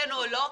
כן או לא,